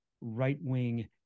right-wing